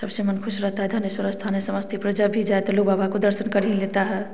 सबसे मन खुश रहता है धनेश्वर स्थान है समस्तीपुर जब भी जाएँ तो लोग बाबा के दर्शन कर ही लेता है